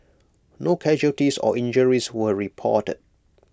no casualties or injuries were reported